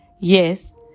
Yes